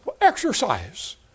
exercise